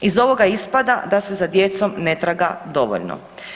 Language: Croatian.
Iz ovoga ispada da se za djecom ne traga dovoljno.